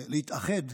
להתאחד,